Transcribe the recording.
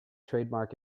trademark